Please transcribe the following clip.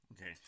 Okay